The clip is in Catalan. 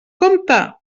compte